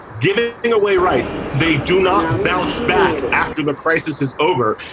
give it it away rights. they do not balance back after the crisis is over,